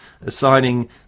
assigning